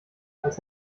als